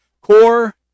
core